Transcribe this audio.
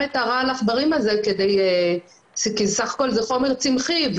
את רעל העברים הזה כי זה בסך הכל חומר צמחי,